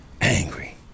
angry